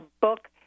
book